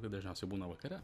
bet dažniausiai būna vakare